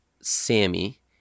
Sammy